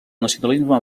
nacionalisme